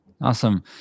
Awesome